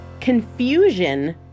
Confusion